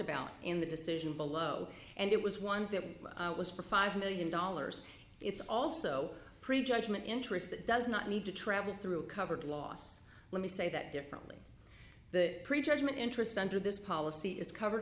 about in the decision below and it was one that was for five million dollars it's also pre judgment interest that does not need to travel through covered loss let me say that differently the pre judgment interest under this policy is covered